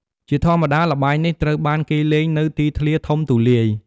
ជាធម្មតា ល្បែងនេះត្រូវបានគេលេងនៅទីធ្លាធំទូលាយ។